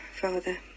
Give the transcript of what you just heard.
Father